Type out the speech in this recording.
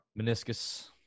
meniscus